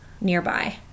nearby